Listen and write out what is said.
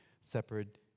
separate